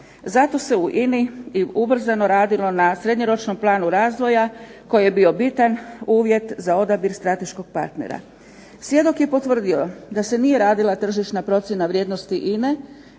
zato se u INA-i i ubrzano radilo na srednjoročnom planu razvoja, koji je bio bitan uvjet za odabir strateškog partnera. Svjedok je potvrdio da se nije radila tržišna procjena vrijednosti INA-e